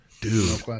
Dude